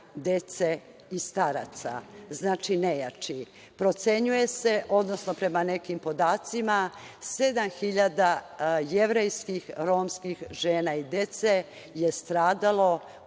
dece i staraca, znači nejači. Procenjuje se, odnosno prema nekim podacima, 7.000 jevrejskih, romskih žena i dece je stradalo u